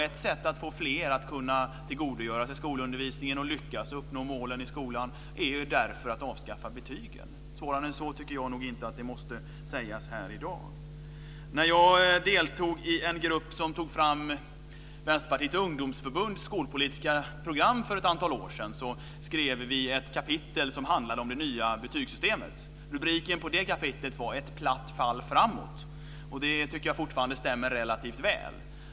Ett sätt att få fler att tillgodogöra sig skolundervisningen och att lyckas med att uppnå målen i skolan är därför att avskaffa betygen. Svårare än så tycker jag nog inte att det måste sägas här i dag. När jag deltog i en grupp som tog fram Vänsterpartiets ungdomsförbunds skolpolitiska program för ett antal år sedan skrev vi ett kapitel som handlade om det nya betygssystemet. Rubriken på det kapitlet var "Ett platt fall framåt", och det tycker jag fortfarande stämmer relativt väl.